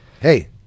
Hey